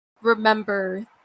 remember